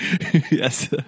Yes